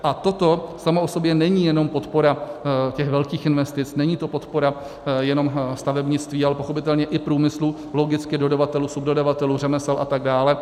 A toto samo o sobě není jenom podpora těch velkých investic, není to podpora jenom stavebnictví, ale pochopitelně i průmyslu, logicky dodavatelů, subdodavatelů, řemesel a tak dále.